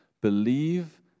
Believe